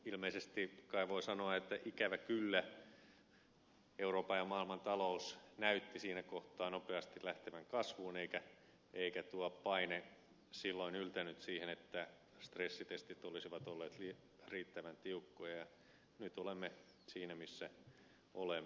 ilmeisesti voi sanoa että ikävä kyllä euroopan ja maailman talous näytti siinä kohtaa nopeasti lähtevän kasvuun eikä tuo paine silloin yltänyt siihen että stressitestit olisivat olleet riittävän tiukkoja ja nyt olemme siinä missä olemme